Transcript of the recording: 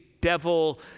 devil